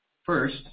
First